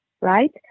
right